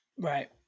Right